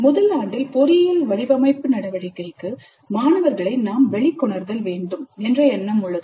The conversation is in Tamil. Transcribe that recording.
முதல் ஆண்டில் பொறியியல் வடிவமைப்பு நடவடிக்கைக்கு மாணவர்களை நாம் வெளிக்கொணர்தல் வேண்டும் என்ற எண்ணம் உள்ளது